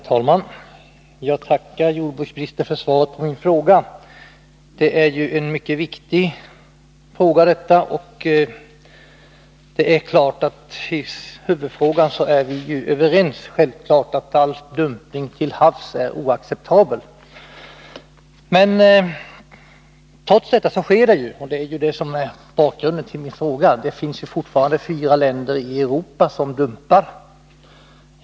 Herr talman! Jag tackar jordbruksministern för svaret. Detta är ju en mycket viktig sak, och i huvudfrågan är vi självfallet överens - att all dumpning till havs är oacceptabel. Trots detta sker ju sådan dumpning, och det är bakgrunden till min fråga. Det finns fortfarande fyra länder i Europa som dumpar.